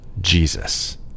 Jesus